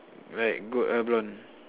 like gold or blonde